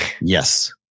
Yes